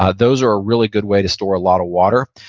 ah those are a really good way to store a lot of water.